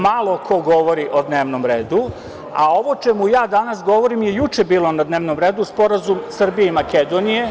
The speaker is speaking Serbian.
Malo ko govori o dnevnom redu, a ovo o čemu ja danas govorim je juče bilo na dnevnom redu, Sporazum Srbije i Makedonije…